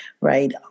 right